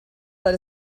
let